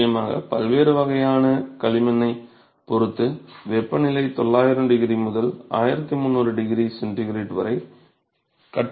நிச்சயமாக பல்வேறு வகையான களிமண்களைப் பொறுத்து வெப்பநிலை 900 டிகிரி முதல் 1300 டிகிரி சென்டிகிரேடு வரை கட்டுப்படுத்தப்படுகிறது